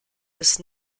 ist